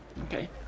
Okay